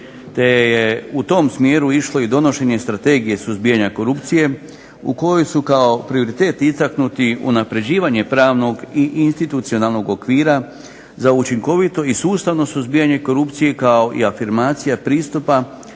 u to smjeru išlo i donošenje Strategije suzbijanja korupcije u kojoj su kao prioritet istaknuti unapređivanje pravnog i institucionalnog okvira za učinkovito i sustavno suzbijanje korupcije kao i afirmacija pristupa